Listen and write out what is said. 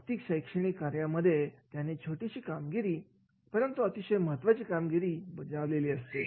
जागतिक शैक्षणिक कार्यामध्ये त्यानेही छोटीसी कामगिरीपरंतु अतिशय महत्त्वाची कामगिरी बजावलेली असते